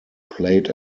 played